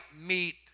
meet